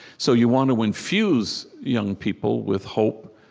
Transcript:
so you want to infuse young people with hope,